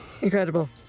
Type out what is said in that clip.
Incredible